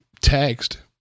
Text